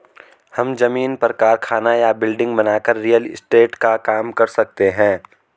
हम जमीन पर कारखाना या बिल्डिंग बनाकर रियल एस्टेट का काम कर सकते है